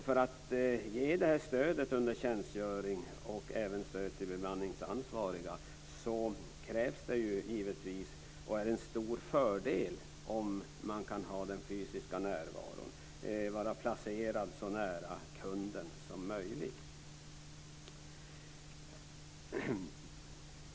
För att ge detta stöd under tjänstgöring och även stöd till bemanningsansvariga krävs det givetvis, och är en stor fördel, om man kan ha den fysiska närvaron och vara placerad så nära kunden som möjligt.